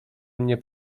mnie